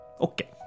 Okay